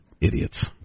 idiots